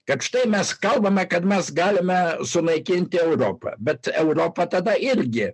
kad štai mes kalbame kad mes galime sunaikinti europą bet europa tada irgi